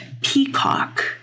Peacock